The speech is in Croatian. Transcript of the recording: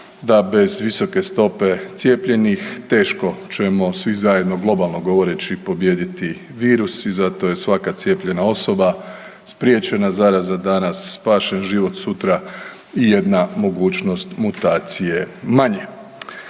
da bez visoke stope cijepljenih teško ćemo svi zajedno, globalno govoreći, pobijediti virus i zato je svaka cijepljena osoba spriječena zaraza danas, spašen život sutra i jedna mogućnost mutacije manje.